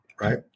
Right